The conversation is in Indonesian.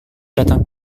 datang